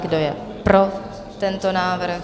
Kdo je pro tento návrh?